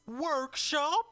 workshop